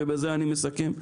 ובזה אני מסכם,